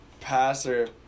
passer